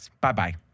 bye-bye